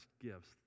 gifts